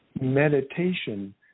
Meditation